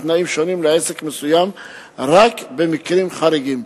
תנאים שונים לעסק מסוים רק במקרים חריגים.